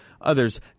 others